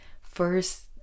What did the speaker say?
first